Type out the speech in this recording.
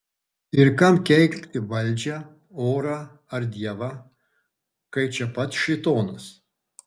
ir kam keikti valdžią orą ar dievą kai čia pat šėtonas